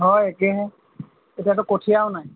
হয় একেহে এতিয়াতো কঠিয়াও নাই